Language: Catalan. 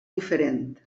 diferent